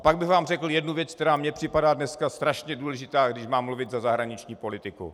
Pak bych vám řekl jednu věc, která mi připadá dneska strašně důležitá, když mám mluvit za zahraniční politiku.